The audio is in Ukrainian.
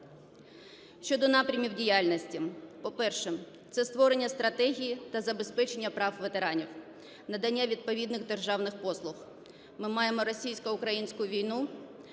Щодо напрямів діяльності. По-перше, це створення стратегії та забезпечення прав ветеранів, надання відповідних державних послуг. Ми маємо російсько-українську війну,